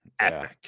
epic